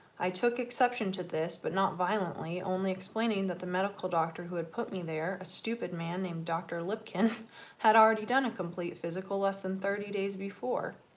i took exception to this but not violently only explaining that the medical doctor who had put me there, a stupid man named dr. lipkin had already done a complete physical less than thirty days before